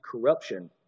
corruption